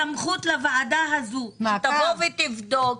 סמכות לוועדה הזאת שתבוא ותבדוק,